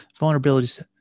Vulnerabilities